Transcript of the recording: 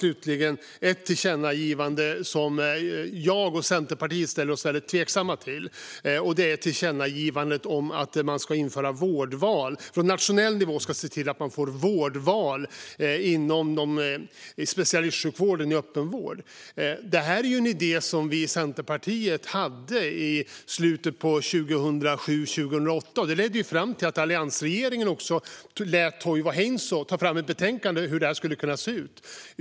Slutligen finns det ett tillkännagivande som jag och Centerpartiet ställer oss tveksamma till, och det är tillkännagivandet att man på nationell nivå ska införa vårdval inom specialistsjukvården i öppenvården. Det är en idé som vi i Centerpartiet hade i slutet av 2007 och 2008, och det ledde fram till att alliansregeringen lät Toivo Heinsoo utreda hur det här skulle kunna se ut.